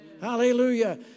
Hallelujah